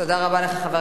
יותר טוב שלא